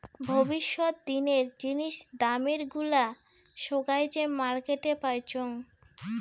ভবিষ্যত দিনের জিনিস দামের গুলা সোগায় যে মার্কেটে পাইচুঙ